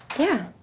yeah.